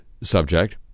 subject